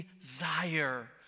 desire